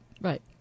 Right